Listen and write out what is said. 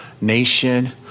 nation